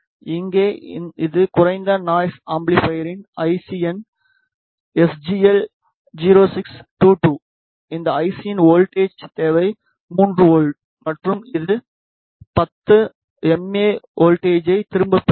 இங்கே இது குறைந்த நாய்ஸ் அம்பிளிபைரின் ஐசி எண் எஸ்ஜிஎல் 0622 இந்த ஐசியின் வோல்ட்டேஜ் தேவை 3 வோல்ட் மற்றும் இது 10 எம்ஏ வோல்ட்டேஜை திரும்பப் பெறுகிறது